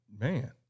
Man